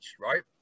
right